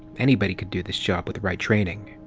anybody could do this job, with the right trainining.